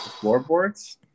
floorboards